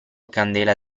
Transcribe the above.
candela